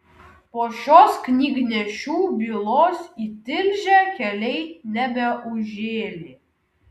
po šios knygnešių bylos į tilžę keliai nebeužžėlė